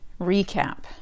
recap